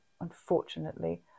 unfortunately